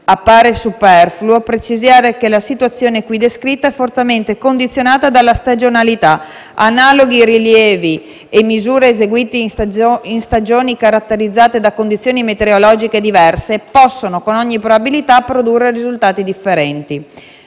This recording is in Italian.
Appare superfluo precisare che la situazione qui descritta è fortemente condizionata dalla stagionalità. Analoghi rilievi e misure eseguite in stagioni caratterizzate da condizioni meteorologiche diverse possono con ogni probabilità produrre risultati differenti.